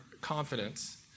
confidence